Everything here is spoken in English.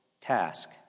task